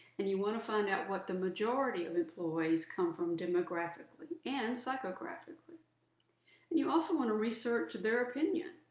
and you want to find out what the majority of employees come from demographically and psychographically and you also want to research their opinion.